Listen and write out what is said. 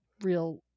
real